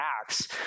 Acts